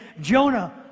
Jonah